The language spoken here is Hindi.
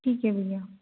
ठीक है भैया